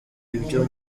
ibyo